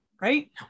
right